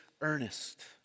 earnest